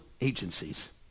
agencies